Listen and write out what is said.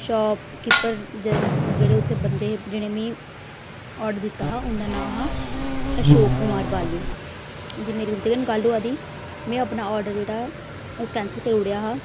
shopkeeper जेह्ड़े जेह्ड़े उत्थें बंदे हे जि'नेंगी मीं ऑर्डर दित्ता हा उंदा नांऽ हा अशोक कुमार बाली जे मेरी उन्दे कन्नै गल्ल होआ दी मै अपना ऑर्डर जेहड़ा ऐ ओह् कैंसल करी ओड़ेआ हा